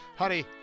Honey